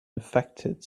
infected